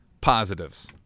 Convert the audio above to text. positives